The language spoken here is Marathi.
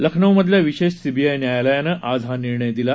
लखनौमधल्या विशेष सीबीआय न्यायालयानं आज हा निर्णय दिला